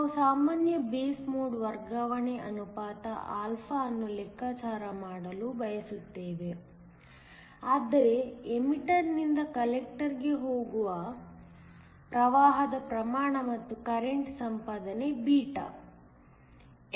ನಾವು ಸಾಮಾನ್ಯ base mode ವರ್ಗಾವಣೆ ಅನುಪಾತ α ಅನ್ನು ಲೆಕ್ಕಾಚಾರ ಮಾಡಲು ಬಯಸುತ್ತೇವೆ ಅಂದರೆ ಎಮಿಟರ್ ನಿಂದ ಕಲೆಕ್ಟರ್ ಗೆ ಹೋಗುವ ಪ್ರವಾಹದ ಪ್ರಮಾಣ ಮತ್ತು ಕರೆಂಟ್ ಸಂಪಾದನೆ β